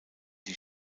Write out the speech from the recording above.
die